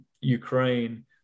Ukraine